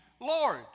Lord